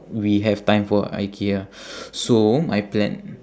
we have time for ikea so my plan